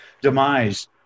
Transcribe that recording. demise